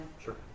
Sure